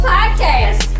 Podcast